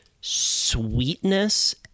sweetness